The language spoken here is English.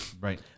Right